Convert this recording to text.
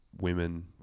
women